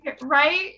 Right